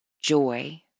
joy